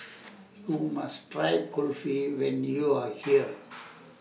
YOU must Try Kulfi when YOU Are here